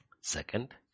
Second